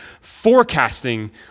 forecasting